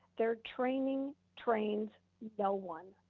their training trains no one.